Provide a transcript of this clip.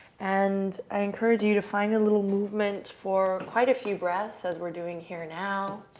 and i encourage you to find a little movement for quite a few breaths, as we're doing here now.